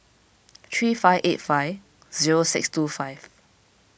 three five eight five zero six two five